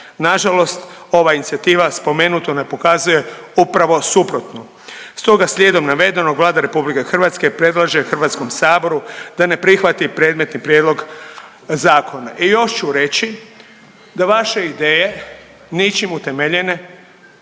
Nažalost ova inicijativa spomenuto ne pokazuje upravo suprotno, stoga slijedom navedenog Vlada RH predlaže HS-u da ne prihvati predmetni prijedlog zakona. I još ću reći da vaše ideje ničim utemeljene